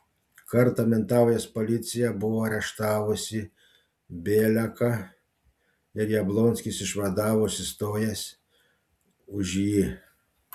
kartą mintaujos policija buvo areštavusi bieliaką ir jablonskis išvadavo užsistojęs už jį